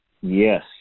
Yes